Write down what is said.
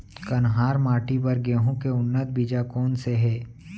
कन्हार माटी बर गेहूँ के उन्नत बीजा कोन से हे?